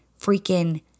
freaking